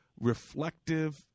reflective